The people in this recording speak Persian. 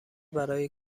برای